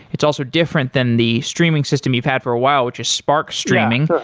it's also different than the streaming system you've had for a while, which is spark streaming.